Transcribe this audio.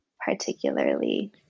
particularly